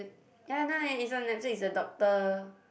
ya now it's on Netflix the doctor